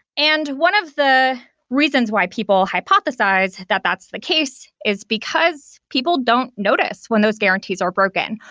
and one of the reasons why people hypothesize that that's the case, is because people don't notice when those guarantees are broken,